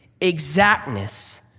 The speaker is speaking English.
exactness